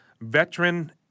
veteran